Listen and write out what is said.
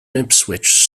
ipswich